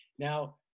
Now